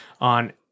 on